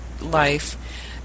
life